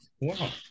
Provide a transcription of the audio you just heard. Wow